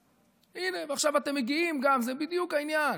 הינה, ועכשיו אתם מגיעים גם, וזה בדיוק העניין,